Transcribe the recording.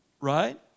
right